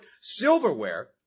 silverware